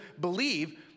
believe